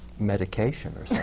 medication or